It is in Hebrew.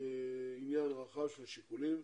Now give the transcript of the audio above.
מתוך עניין רחב של שיקולים,